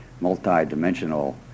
multi-dimensional